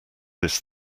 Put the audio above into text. this